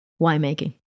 winemaking